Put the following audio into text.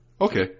okay